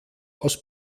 aus